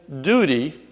duty